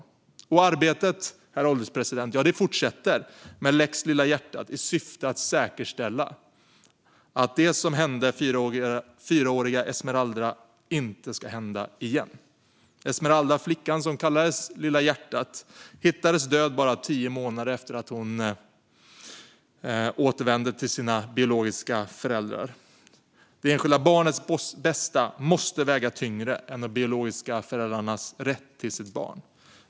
Arbetet fortsätter, herr ålderspresident, med lex Lilla hjärtat i syfte att säkerställa att det som hände fyraåriga Esmeralda inte ska hända igen. Esmeralda, flickan som kallades "Lilla hjärtat", hittades död bara tio månader efter att hon hade återvänt till sina biologiska föräldrar. Det enskilda barnets bästa måste väga tyngre än de biologiska föräldrarnas rätt till sitt barn.